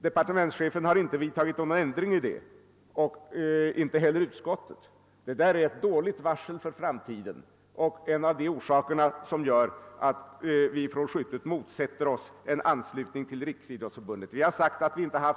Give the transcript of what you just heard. Departementschefen har inte vidtagit någon ändring härvidlag och inte heller utskottet. Detta är ett dåligt varsel för framtiden och en av de saker som gör att vi inom skytterörelsen motsätter oss en anslutning till Riksidrottsförbundet. Vi har sagt att vi inte har